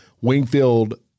Wingfield